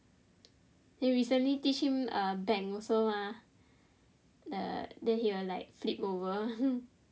then recently teach him um bang also mah the then he will like flip over